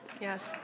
Yes